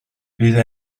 bydd